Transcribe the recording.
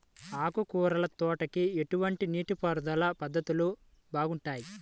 ఆకుకూరల తోటలకి ఎటువంటి నీటిపారుదల పద్ధతులు బాగుంటాయ్?